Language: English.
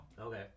okay